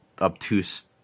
obtuse